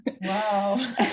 Wow